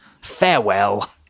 Farewell